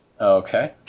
Okay